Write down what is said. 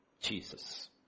Jesus